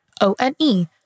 O-N-E